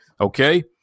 Okay